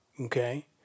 okay